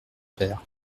père